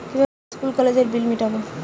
কিভাবে স্কুল কলেজের বিল মিটাব?